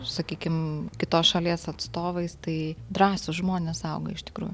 sakykim kitos šalies atstovais tai drąsūs žmonės auga iš tikrųjų